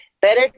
better